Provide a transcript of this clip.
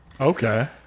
Okay